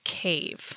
cave